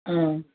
ஆ